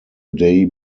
day